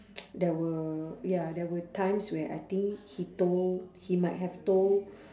there were ya there were times where I think he told he might have told